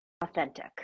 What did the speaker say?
authentic